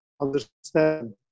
understand